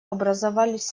образовались